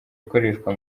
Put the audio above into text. ikoreshwa